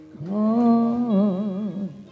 come